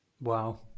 Wow